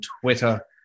Twitter